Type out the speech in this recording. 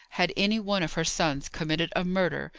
had any one of her sons committed a murder,